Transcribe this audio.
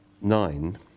nine